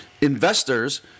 investors